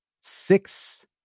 six